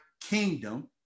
kingdom